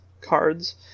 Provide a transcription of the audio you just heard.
cards